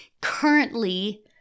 currently